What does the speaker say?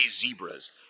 Zebras